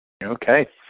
Okay